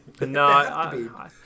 No